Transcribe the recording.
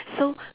so